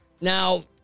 Now